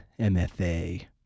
MFA